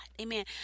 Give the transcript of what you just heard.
amen